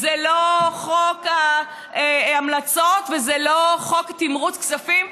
זה לא חוק ההמלצות וזה לא חוק תמרוץ כספים,